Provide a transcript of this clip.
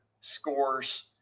scores